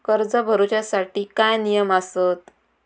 कर्ज भरूच्या साठी काय नियम आसत?